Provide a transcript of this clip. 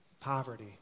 Poverty